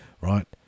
right